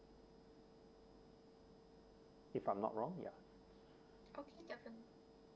if I'm not wrong ya